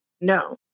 No